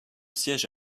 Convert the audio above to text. siège